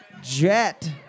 Jet